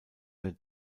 der